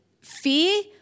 fear